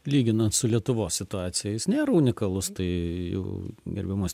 lyginant su lietuvos situacija jis nėra unikalus tai jau gerbiamos